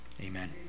Amen